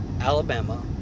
Alabama